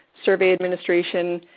survey administration,